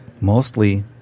mostly